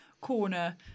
corner